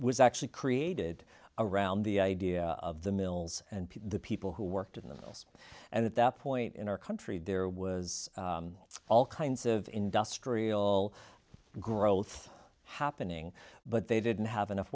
was actually created around the idea of the mills and the people who worked in the us and at that point in our country there was all kinds of industrial growth happening but they didn't have enough